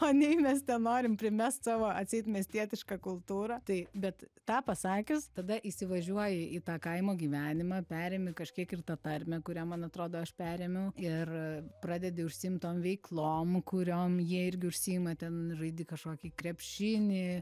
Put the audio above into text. o nei mes ten norim primest savo atseit miestietišką kultūrą tai bet tą pasakius tada įsivažiuoji į tą kaimo gyvenimą perėmi kažkiek ir tą tarmę kurią man atrodo aš perėmiau ir pradedi užsiimt tom veiklom kuriom jie irgi užsiima ten žaidi kažkokį krepšinį